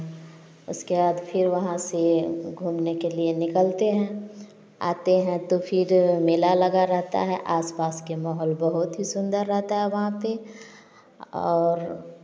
उसके बाद फिर वहाँ से घूमने के लिए निकलते हैं आते हैं तो फिर मेला लगा रहता है आस पास के माहौल बहुत ही सुंदर रहता है वहाँ पर और